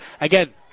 Again